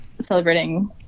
celebrating